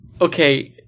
okay